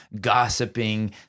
gossiping